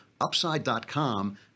Upside.com